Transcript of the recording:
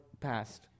passed